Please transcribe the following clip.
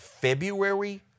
February